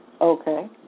Okay